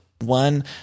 one